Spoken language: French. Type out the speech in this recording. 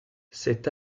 cet